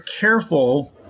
careful